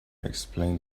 explained